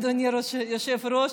אדוני היושב-ראש,